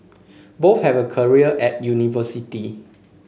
both have a career at university